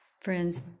Friends